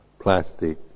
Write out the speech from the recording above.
plastic